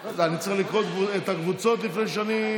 אני צריך לקרוא את הקבוצות לפני שאני,